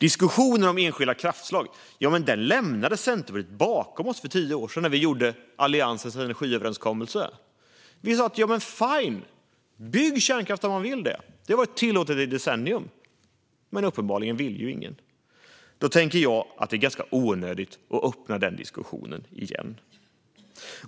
Diskussionen om enskilda kraftslag lämnade vi i Centerpartiet bakom oss vid Alliansens energiöverenskommelse. Vi sa: Fine, bygg kärnkraft, den som vill! Det har varit tillåtet i ett decennium. Men uppenbarligen ville ingen. Då tänker jag att det är ganska onödigt att öppna den diskussionen igen.